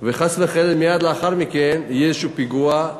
וחס וחלילה מייד לאחר מכן יהיה איזשהו פיגוע,